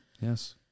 Yes